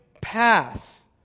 path